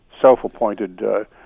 self-appointed